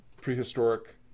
prehistoric